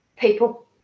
People